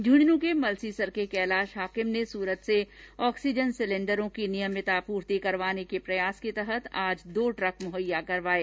झुंझुनू के मलसीसर के कैलाश हाकिम ने सूरत से आक्सीजन सिलेण्डरों की नियमित अपूर्ति करवाने के प्रयास के तहत आज दो ट्रक मुहैया करवाये